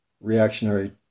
reactionary